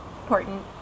important